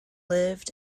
lived